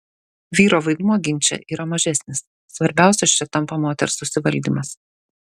vyro vaidmuo ginče yra mažesnis svarbiausias čia tampa moters susivaldymas